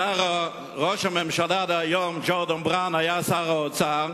ראש הממשלה דהיום, גורדון בראון, היה שר האוצר,